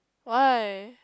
why